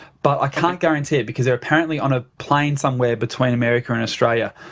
but i can't guarantee it because they're apparently on a plane somewhere between america and australia.